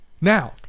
now